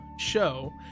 show